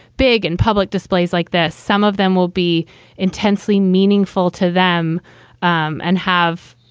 big in public displays like this. some of them will be intensely meaningful to them and have,